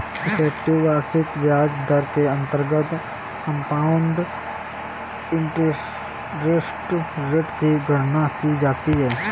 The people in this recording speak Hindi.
इफेक्टिव वार्षिक ब्याज दर के अंतर्गत कंपाउंड इंटरेस्ट रेट की गणना की जाती है